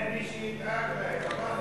אין מי שידאג להם.